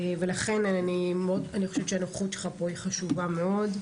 ולכן אני חושבת שהנוכחות שלך פה היא חשובה מאוד.